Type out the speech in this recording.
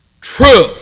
true